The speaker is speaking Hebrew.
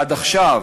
עד עכשיו?